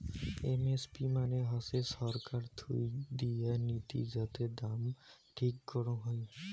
MSP মানে হসে ছরকার থুই দেয়া নীতি যাতে দাম ঠিক করং হই